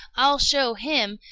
i'll show him!